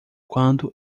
quando